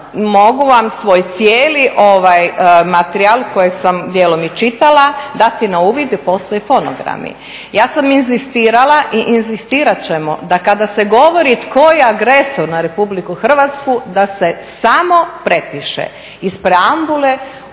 Mogu vam svoj cijeli materijal kojeg sam dijelom i čitala dati na uvid, postoje i fonogrami. Ja sam inzistirala i inzistirat ćemo da kada se govori tko je agresor na Republiku Hrvatsku da se samo prepiše iz preambule o